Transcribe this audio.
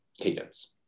cadence